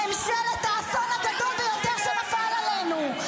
ממשלת האסון הגדול ביותר שנפל עלינו.